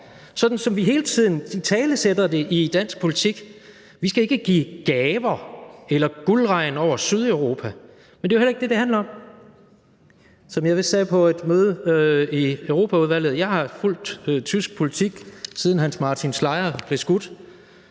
sådan som vi hele tiden italesætter det i dansk politik. Vi skal ikke give gaver eller kaste guldregn over Sydeuropa, men det er jo heller ikke det, det handler om. Som jeg vist sagde på et møde i Europaudvalget, har jeg fulgt tysk politik, siden Hans Martin Schleyer blev skudt,